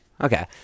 okay